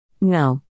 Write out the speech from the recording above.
No